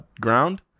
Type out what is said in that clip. ground